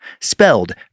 Spelled